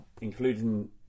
including